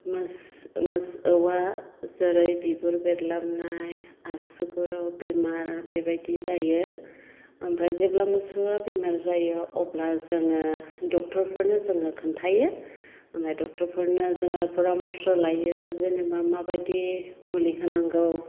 मोसौआ जेरै बिगुर बेरलाबनाय आसुगुराव बेमार बेबायदि जायो ओमफ्राय जेब्ला मोसौआ बेमार जायो अब्ला जोङो ड'क्टरफोरनो जोङो खोन्थायो ओमफ्राय ड'क्टरफोरनो जोङो फरामरस' लायो जेन'बा माबायदि मुलि होनांगौ